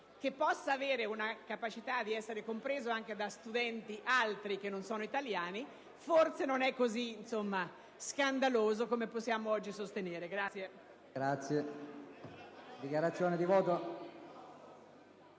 che possa avere una capacità di essere compreso anche da studenti che non sono italiani, forse non è così scandalosa come possiamo oggi sostenere.